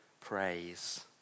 praise